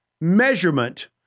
measurement